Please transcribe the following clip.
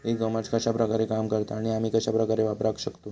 E commerce कश्या प्रकारे काम करता आणि आमी कश्या प्रकारे वापराक शकतू?